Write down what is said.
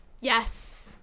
Yes